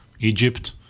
Egypt